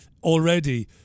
already